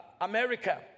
america